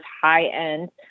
high-end